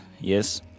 yes